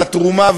על התרומה,